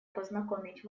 познакомить